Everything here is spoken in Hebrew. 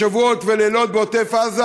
שבועות ולילות בעוטף עזה